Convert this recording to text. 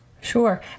Sure